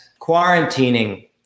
quarantining